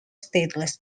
stateless